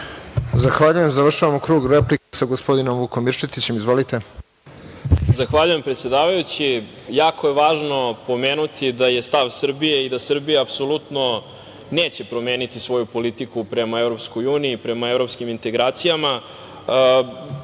Zahvaljujem. Završavamo krug replika sa gospodinom Vukom Mirčetićem. Izvolite. **Vuk Mirčetić** Zahvaljujem, predsedavajući. Jako je važno pomenuti da je stav Srbije i da Srbija apsolutno neće promeniti svoju politiku prema Evropskoj uniji, prema evropskim integracijama. Vi